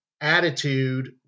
attitude